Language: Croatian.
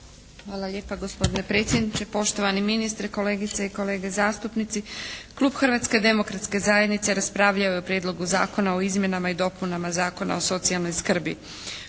Hvala lijepa gospodine predsjedniče. Poštovani ministre, kolegice i kolege zastupnici. Klub Hrvatske demokratske zajednice raspravljao je o Prijedlogu zakona o izmjenama i dopunama Zakona o socijalnoj skrbi.